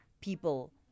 people